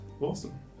Awesome